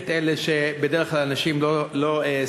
את אלה שבדרך כלל אנשים לא סופרים,